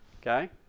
okay